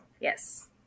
Yes